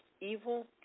evil